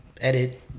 edit